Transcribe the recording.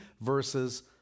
verses